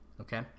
Okay